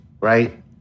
right